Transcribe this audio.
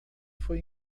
foi